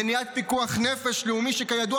מניעת פיקוח נפש לאומי שכידוע,